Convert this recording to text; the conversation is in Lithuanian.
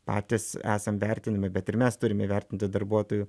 patys esam vertinami bet ir mes turime įvertinti darbuotojų